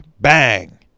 Bang